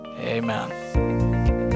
Amen